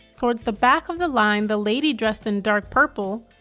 towards the back of the line the lady dressed in dark purple,